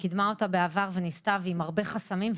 שקידמה אותה בעבר וניסתה עם הרבה חסמים,